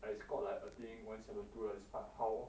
I scored like I think one seven two lah despite how